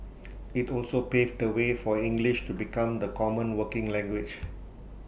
IT also paved the way for English to become the common working language